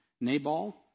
Nabal